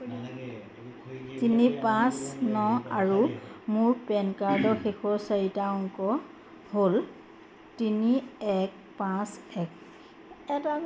তিনি পাঁচ ন আৰু মোৰ পেন কাৰ্ডৰ শেষৰ চাৰিটা অংক হ'ল তিনি এক পাঁচ এক